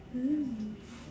mm